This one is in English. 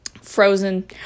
frozen